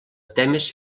temes